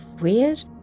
weird